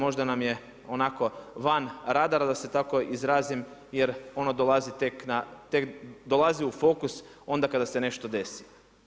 Možda nam je onako van radara da se tako izrazim, jer ono dolazi tek na, tek dolazi u fokus onda kada se nešto desi.